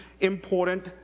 important